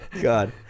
God